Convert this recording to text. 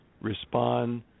respond